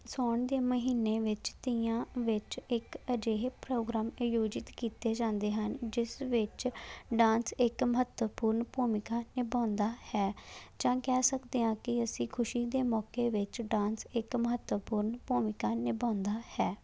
ਸਾਉਣ ਦੇ ਮਹੀਨੇ ਵਿੱਚ ਤੀਆਂ ਵਿੱਚ ਇੱਕ ਅਜਿਹੇ ਪ੍ਰੋਗਰਾਮ ਆਯੋਜਿਤ ਕੀਤੇ ਜਾਂਦੇ ਹਨ ਜਿਸ ਵਿੱਚ ਡਾਂਸ ਇੱਕ ਮਹੱਤਵਪੂਰਨ ਭੂਮਿਕਾ ਨਿਭਾਉਂਦਾ ਹੈ ਜਾਂ ਕਹਿ ਸਕਦੇ ਹਾਂ ਕਿ ਅਸੀਂ ਖੁਸ਼ੀ ਦੇ ਮੌਕੇ ਵਿੱਚ ਡਾਂਸ ਇੱਕ ਮਹੱਤਵਪੂਰਨ ਭੂਮਿਕਾ ਨਿਭਾਉਂਦਾ ਹੈ